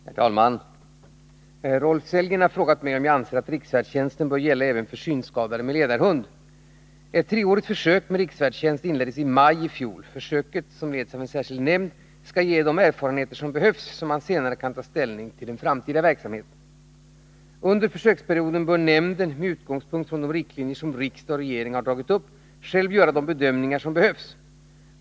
Herr talman! Rolf Sellgren har frågat mig om jag anser att riksfärdtjänsten bör gälla även för synskadade med ledarhund. Ett treårigt försök med riksfärdtjänst inleddes i maj i fjol. Försöket, som leds av en särskild nämnd, skall ge de erfarenheter som behövs så att man senare kan ta ställning till den framtida verksamheten. Under försöksperioden bör nämnden, med utgångspunkt i de riktlinjer som riksdagen och regeringen har dragit upp, själv göra de bedömningar som behövs.